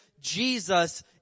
Jesus